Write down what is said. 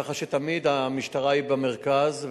כך שתמיד המשטרה היא במרכז,